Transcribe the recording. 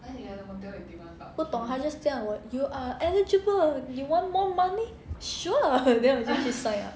不懂他 just 叫我 you are eligible you want more money sure then 我就去 sign up